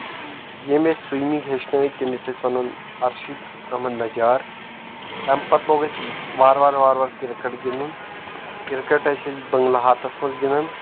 ییٚمۍ أسۍ سُوِمِنٛگ ہیٚچھنٲے تٔمِس ٲسۍ ونان ارشِد احمد نجار تمہِ پتہٕ لوگ اَسہِ وارٕ وارٕ وارٕ وارٕ کِرکٹ گِنٛدُن کِرکٹ ٲسۍ أسۍ بنگلہ ہاتس منٛز گنٛدان